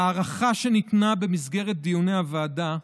ההערכה שניתנה במסגרת דיוני הוועדה,